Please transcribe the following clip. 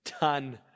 done